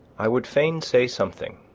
i would fain say something,